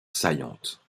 saillantes